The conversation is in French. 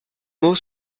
mots